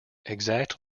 exact